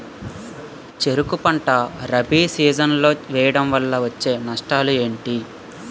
చెరుకు పంట రబీ సీజన్ లో వేయటం వల్ల వచ్చే నష్టాలు ఏంటి?